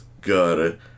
good